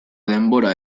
denbora